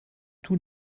tous